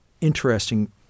interesting